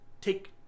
take